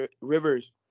Rivers